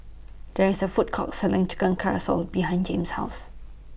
There IS A Food Court Selling Chicken behind Jame's House